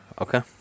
Okay